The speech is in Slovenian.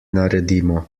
naredimo